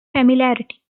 familiarity